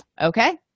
okay